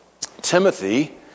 Timothy